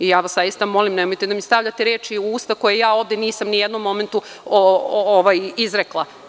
Ja vas zaista molim, nemojte da mi stavljate reči u usta koje ja vode nisam ni u jednom momentu izrekla.